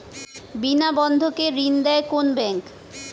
বিনা বন্ধক কে ঋণ দেয় কোন ব্যাংক?